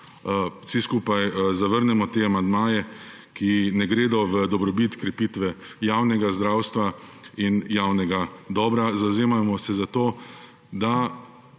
vsi skupaj zavrnemo te amandmaje, ki ne gredo v dobrobit krepitve javnega zdravstva in javnega dobra. Zavzemajmo se za to, da